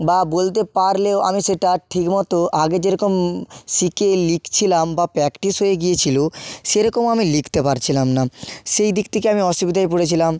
বা বলতে পারলেও আমি সেটা ঠিক মতো আগে যেরকম শিখে লিখছিলাম বা প্র্যাকটিস হয়ে গিয়েছিল সেরকম আমি লিখতে পারছিলাম না সেই দিক থেকে আমি অসুবিধায় পড়েছিলাম